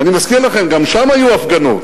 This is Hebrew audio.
ואני מזכיר לכם, גם שם היו הפגנות,